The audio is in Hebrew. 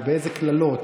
אימא שלו פלשה ל-6.5 דונם,